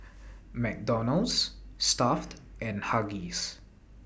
McDonald's Stuff'd and Huggies